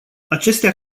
acestea